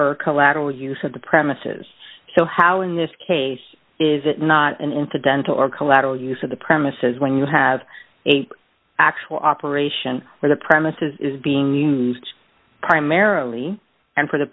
or collateral use of the premises so how in this case is it not an incidental or collateral use of the premises when you have a actual operation where the premises is being used primarily and for the